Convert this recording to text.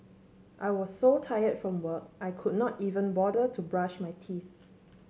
I was so tire from work I could not even bother to brush my teeth